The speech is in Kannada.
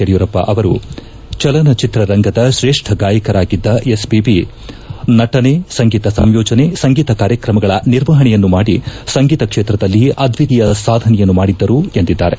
ಯಡಿಯೂರಪ್ಪ ಅವರು ಚಲನಚಿತ್ರರಂಗದ ಶ್ರೇಷ್ಠ ಗಾಯಕರಾಗಿದ್ದ ಎಸ್ಪಿಬಿ ನಟನೆ ಸಂಗೀತ ಸಂಯೋಜನೆ ಸಂಗೀತ ಕಾರ್ಯಕ್ರಮಗಳ ನಿರ್ವಹಣೆಯನ್ನೂ ಮಾಡಿ ಸಂಗೀತ ಕ್ಷೇತ್ರದಲ್ಲಿ ಅದ್ಡಿತೀಯ ಸಾಧನೆಯನ್ನು ಮಾಡಿದ್ದರು ಎಂದಿದ್ದಾರೆ